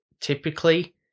typically